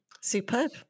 Superb